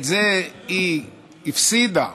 את זה היא הפסידה,